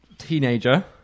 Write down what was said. Teenager